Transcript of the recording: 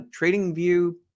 TradingView